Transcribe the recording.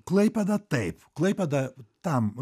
klaipėda taip klaipėda tam